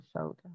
shoulder